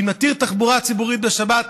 אם נתיר תחבורה ציבורית בשבת,